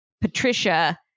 Patricia